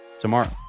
tomorrow